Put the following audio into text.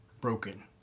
broken